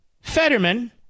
Fetterman